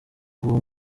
uwo